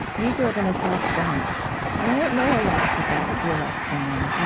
you grew up in the south bronx, and i don't know a lot about your upbringing.